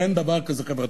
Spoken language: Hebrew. ואין דבר כזה "חברתי".